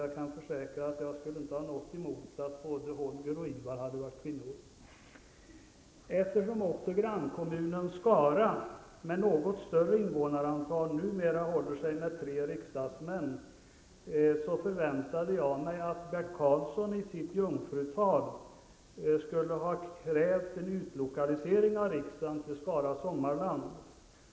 Jag kan försäkra att jag inte skulle ha haft någonting emot att både Holger och Ivar hade varit kvinnor. Eftersom också grannkommunen Skara med ett något större invånarantal numera också håller sig med tre riksdagsmän, hade jag förväntat mig att Bert Karlsson i sitt jungfrutal skulle ha krävt en utlokalisering av riksdagen till Skara Sommarland.